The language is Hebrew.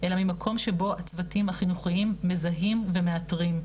אלא ממקום שבו הצוותים החינוכיים מזהים ומתארים.